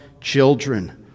children